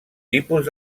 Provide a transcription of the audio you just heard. tipus